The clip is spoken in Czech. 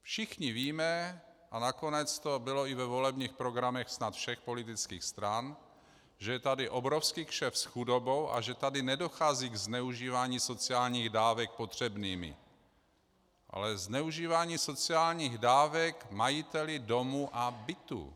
Všichni víme, a nakonec to bylo i ve volebních programech všech politických stran, že je tady obrovský kšeft s chudobou a že tady nedochází k zneužívání sociálních dávek potřebnými, ale zneužívání sociálních dávek majiteli domů a bytů.